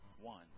one